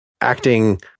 acting